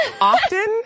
often